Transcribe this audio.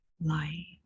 light